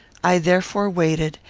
i therefore waited,